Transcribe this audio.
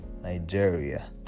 Nigeria